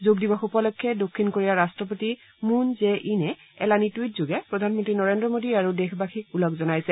যোগ দিৱস উপলক্ষে দক্ষিণ কোৰিয়াৰ ৰাট্টপতি মুন জে ইনে এলানি টুইটযোগে প্ৰধানমন্ত্ৰী নৰেন্দ্ৰ মোডী আৰু দেশবাসীক ওলগ জনাইছে